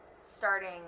starting